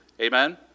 Amen